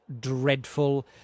dreadful